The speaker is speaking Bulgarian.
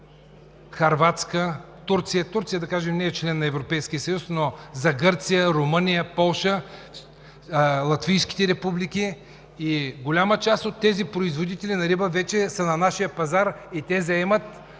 Хърватия, Турция… Турция, да кажем, не е член на Европейския съюз, но за Гърция, Румъния, Полша, латвийските републики… Голяма част от тези производители на риба вече са на нашия пазар и те заемат